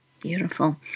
Beautiful